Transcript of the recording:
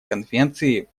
конвенции